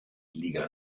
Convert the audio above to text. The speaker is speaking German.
liga